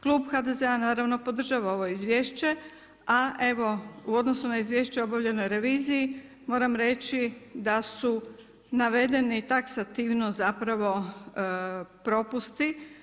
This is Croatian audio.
Klub HDZ-a naravno podržava ovo izvješće, a u odnosu na izvješće o obavljenoj reviziji moram reći da su navedeni taksativno zapravo propusti.